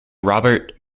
robert